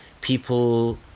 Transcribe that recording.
People